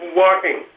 walking